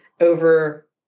over